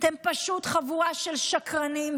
אתם פשוט חבורה של שקרנים,